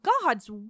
god's